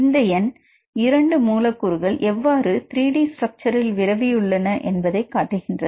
இந்த எண் இரண்டு மூலக்கூறுகள் எவ்வாறு 3D ஸ்ட்ரக்ச்சரில் விரவியுள்ளன என்பதை காட்டுகின்றது